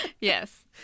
Yes